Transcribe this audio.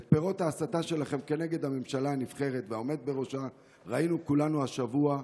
את פירות ההסתה שלכם נגד הממשלה הנבחרת והעומד בראשה ראינו כולנו השבוע,